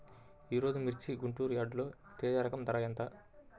ఈరోజు మిర్చి గుంటూరు యార్డులో తేజ రకం ధర ఎంత?